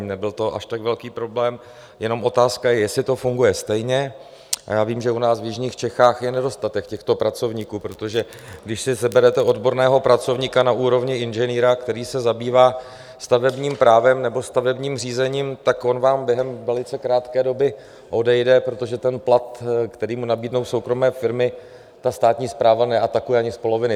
Nebyl to až tak velký problém, jenom otázka je, jestli to funguje stejně a já vím, že u nás v jižních Čechách je nedostatek těchto pracovníků, protože když si seberete odborného pracovníka na úrovni inženýra, který se zabývá stavebním právem nebo stavebním řízením, tak on vám během velice krátké doby odejde, protože ten plat, který mu nabídnou soukromé firmy, státní správa neatakuje ani z poloviny.